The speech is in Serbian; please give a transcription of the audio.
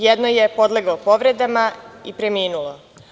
Jedno je podleglo povredama i preminulo.